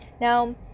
Now